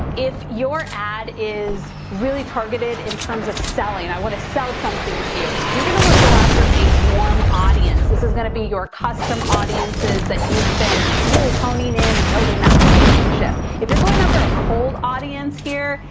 if your ad is really targeted in terms of selling, i want to sell something to you, you're gonna want to go after a warm audience. this is gonna be your custom audiences that you've been really honing in, and building that relationship. if you're going after a cold audience here,